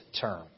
term